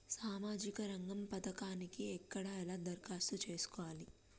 సామాజిక రంగం పథకానికి ఎక్కడ ఎలా దరఖాస్తు చేసుకోవాలి?